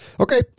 Okay